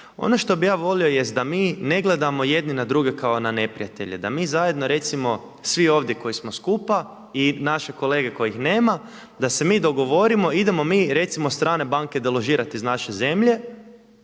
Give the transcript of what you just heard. Ono što bih ja volio jest da mi ne gledamo jedni na druge kao na neprijatelje, da mi zajedno recimo svi ovdje koji smo skupa i naše kolege kojih nema da se mi dogovorimo idemo mi recimo strane banke deložirati iz naše zemlje,